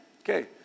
Okay